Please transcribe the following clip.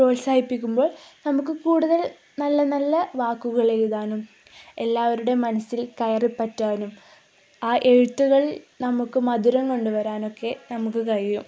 പ്രോത്സാഹിപ്പിക്കുമ്പോൾ നമുക്കു കൂടുതൽ നല്ല നല്ല വാക്കുകളെഴുതാനും എല്ലാവരുടെയും മനസ്സിൽ കയറിപ്പറ്റാനും ആ എഴുത്തുകൾ നമുക്കു മധുരം കൊണ്ടുവരാനൊക്കെ നമുക്കു കഴിയും